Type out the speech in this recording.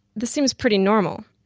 this seems pretty normal.